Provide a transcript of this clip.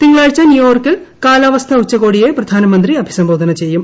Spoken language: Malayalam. തിങ്കളാഴ്ച ന്യൂയോർക്കിൽ കാലാവസ്ഥ ഉച്ചകോടിയെ പ്രധാനമന്ത്രി അഭിസംബോധന ചെയ്യും